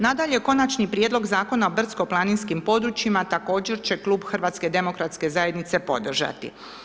Nadalje, Konačni prijedlog Zakona o brdsko planinskim područjima, također će klub HDZ-a podržati.